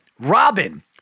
robin